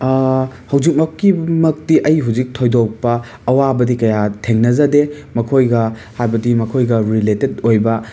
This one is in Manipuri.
ꯍꯧꯖꯤꯛꯃꯛꯀꯤ ꯃꯛꯇꯤ ꯑꯩ ꯍꯩꯖꯤꯛ ꯊꯣꯏꯗꯣꯛꯄ ꯑꯋꯥꯕꯗꯤ ꯀꯌꯥ ꯊꯦꯡꯅꯖꯗꯦ ꯃꯈꯣꯏꯒ ꯍꯥꯏꯕꯗꯤ ꯃꯈꯣꯏꯒ ꯔꯤꯂꯦꯇꯦꯠ ꯑꯣꯏꯕ